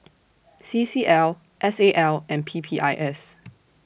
C C L S A L and P P I S